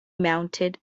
mounted